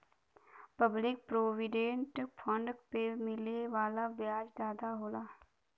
public provident fund पे मिले वाला ब्याज जादा होला